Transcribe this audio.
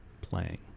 playing